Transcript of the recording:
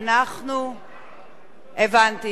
הבנתי.